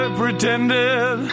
pretended